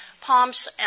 pumps